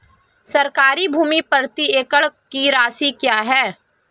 सरकारी भूमि प्रति एकड़ की राशि क्या है?